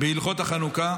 בהלכות החנוכה.